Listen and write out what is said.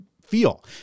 feel